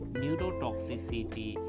neurotoxicity